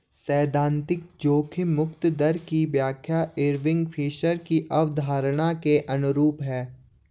सैद्धांतिक जोखिम मुक्त दर की व्याख्या इरविंग फिशर की अवधारणा के अनुरूप है